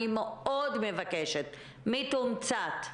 אני מאוד מבקשת, מתומצת.